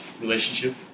Relationship